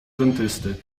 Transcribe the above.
dentysty